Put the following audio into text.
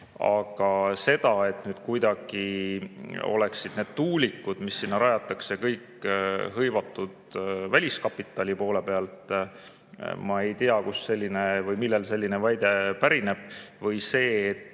Aga seda, et kuidagi oleksid need tuulikud, mis sinna rajatakse, kõik hõivatud väliskapitali poolt – ma ei tea, kust selline [mõte] või millel selline väide põhineb. Või see, et